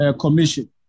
Commission